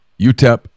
UTEP